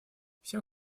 всем